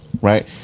right